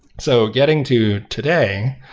so getting to today,